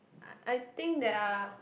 I think there are